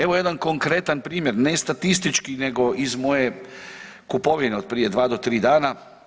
Evo jedan konkretan primjer ne statistički nego iz moje kupovine od prije dva do tri dana.